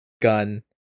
gun